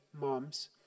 moms